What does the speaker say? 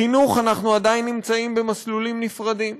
בחינוך, אנחנו עדיין נמצאים במסלולים נפרדים.